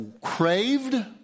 craved